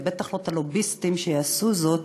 ובטח לא את הלוביסטים שיעשו זאת,